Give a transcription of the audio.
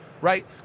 Right